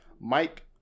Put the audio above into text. Mike